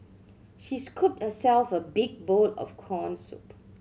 she scooped herself a big bowl of corn soup